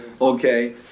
Okay